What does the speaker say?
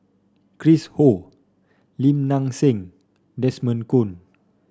Chris Ho Lim Nang Seng Desmond Kon